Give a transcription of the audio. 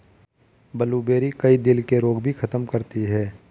blueberry, कई दिल के रोग भी खत्म करती है